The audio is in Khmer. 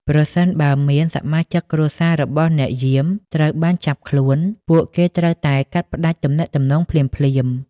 ប្រសិនបើមានសមាជិកគ្រួសាររបស់អ្នកយាមត្រូវបានចាប់ខ្លួន ពួកគេត្រូវតែកាត់ផ្ដាច់ទំនាក់ទំនងភ្លាមៗ។